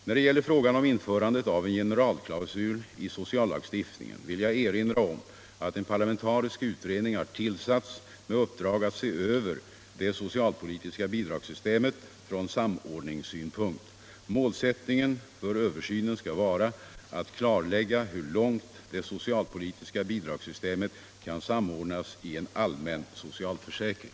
När det gäller frågan om införande av en generalklausul i sociallagstiftningen vill jag erinra om att en parlamentarisk utredning har tillsatts med uppdrag att se över det socialpolitiska bidragssystemet från sam ordningssynpunkt. Målsättningen för översynen skall vara att klarlägga hur långt det socialpolitiska bidragssystemet kan samordnas i en allmän socialförsäkring.